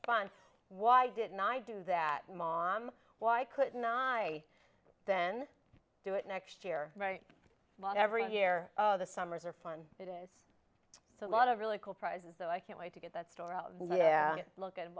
fun why didn't i do that mom why could not i then do it next year not every year of the summers are fun it is a lot of really cool prizes though i can't wait to get that story out yeah look at